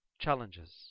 Challenges